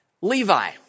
Levi